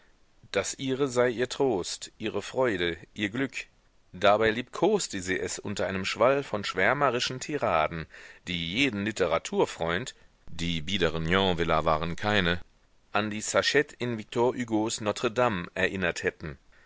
das ihre sei ihr trost ihre freude ihr glück dabei liebkoste sie es unter einem schwall von schwärmerischen tiraden die jeden literaturfreund die biederen yonviller waren keine an die sachette in viktor hügos notre-dame erinnert hätten